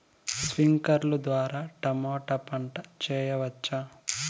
స్ప్రింక్లర్లు ద్వారా టమోటా పంట చేయవచ్చా?